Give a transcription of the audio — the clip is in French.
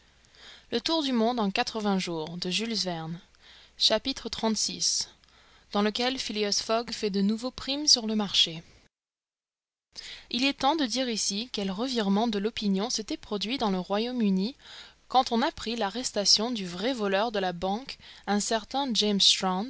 xxxvi dans lequel phileas fogg fait de nouveau prime sur le marché il est temps de dire ici quel revirement de l'opinion s'était produit dans le royaume-uni quand on apprit l'arrestation du vrai voleur de la banque un certain james